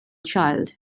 child